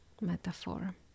metaphor